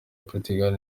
portugal